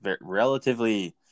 relatively